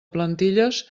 plantilles